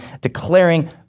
declaring